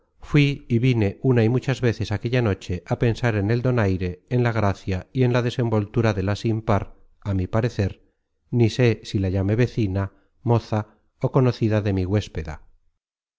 book search generated at y muchas veces aquella noche á pensar en el donaire en la gracia y en la desenvoltura de la sin par á mi parecer ni sé si la llame vecina moza ó conocida de mi huéspeda